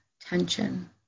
tension